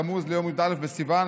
בתמוז ליום י"א בסיוון,